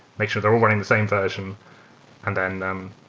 make sure they're all run in the same version and then then